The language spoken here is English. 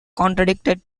contradicted